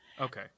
okay